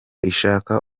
ishaka